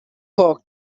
cork